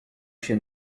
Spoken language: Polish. się